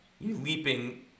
leaping